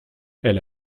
elle